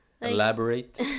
Elaborate